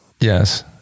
Yes